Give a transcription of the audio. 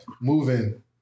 moving